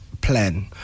plan